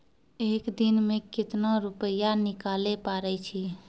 एक दिन मे केतना रुपैया निकाले पारै छी?